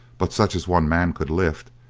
but such as one man could lift,